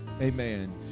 amen